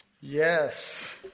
Yes